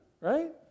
Right